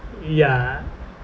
ya